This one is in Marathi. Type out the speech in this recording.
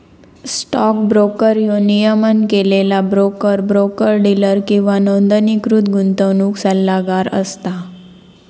स्टॉक ब्रोकर ह्यो नियमन केलेलो ब्रोकर, ब्रोकर डीलर किंवा नोंदणीकृत गुंतवणूक सल्लागार असता